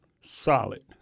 solid